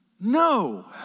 no